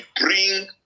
bring